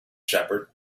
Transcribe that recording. shepherd